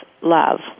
love